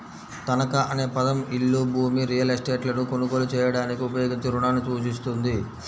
తనఖా అనే పదం ఇల్లు, భూమి, రియల్ ఎస్టేట్లను కొనుగోలు చేయడానికి ఉపయోగించే రుణాన్ని సూచిస్తుంది